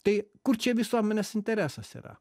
tai kur čia visuomenės interesas yra